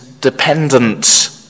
dependent